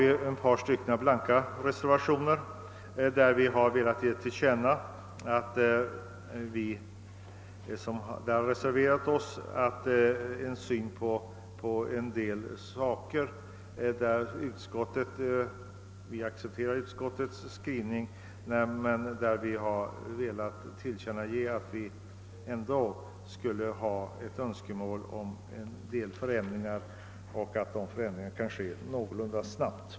I ett par blanka reservationer har vi velat ge till känna att vi har en annan syn på vissa frågor än utskottsmajoriteten. Vi accepterar utskottets skrivning, men vi vill ge till känna att vi ändå skulle önska att en del förändringar genomförs någorlunda snabbt.